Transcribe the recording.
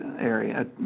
area